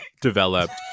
developed